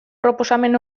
proposamen